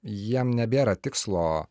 jiem nebėra tikslo